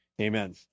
Amen